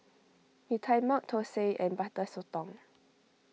Mee Tai Mak Thosai and Butter Sotong